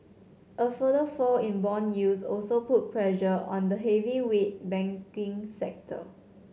a further fall in bond yields also put pressure on the heavyweight banking sector